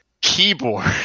keyboard